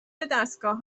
دستگاه